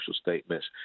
statements